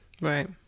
Right